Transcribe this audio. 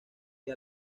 que